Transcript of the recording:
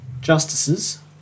justices